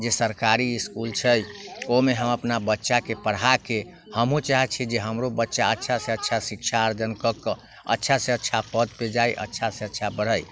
जे सरकारी इसकुल छै ओहिमे हम अपना बच्चाके पढ़ाकऽ हमहूँ चाहै छिए जे हमरो बच्चा अच्छासँ अच्छा शिक्षा अर्जन कऽ कऽ अच्छासँ अच्छा पदपर जाइ अच्छासँ अच्छा पढ़ै